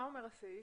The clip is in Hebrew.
מה אומר הסעיף?